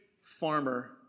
farmer